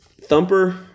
Thumper